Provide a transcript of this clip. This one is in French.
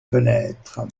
fenêtres